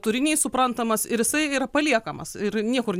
turinys suprantamas ir jisai yra paliekamas ir niekur